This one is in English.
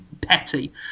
petty